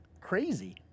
crazy